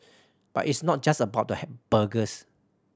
but it's not just about burgers